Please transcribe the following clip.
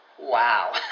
wow